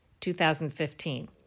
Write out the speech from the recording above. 2015